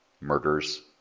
Murders